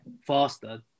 faster